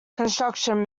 construction